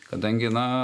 kadangi na